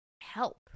help